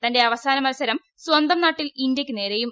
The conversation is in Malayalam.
തന്റെ അവസാന മൽസരം സ്വന്തം നാട്ടിൽ ഇന്ത്യയ്ക്കു നേരെയും